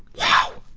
wow!